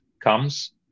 comes